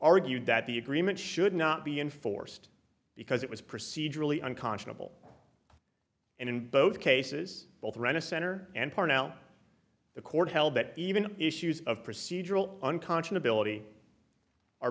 argued that the agreement should not be enforced because it was procedurally unconscionable and in both cases both ran a center and parnell the court held that even issues of procedural unconscionable are